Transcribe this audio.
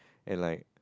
and like